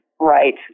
right